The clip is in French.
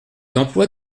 d’emploi